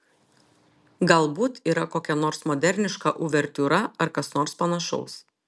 galbūt yra kokia nors moderniška uvertiūra ar kas nors panašaus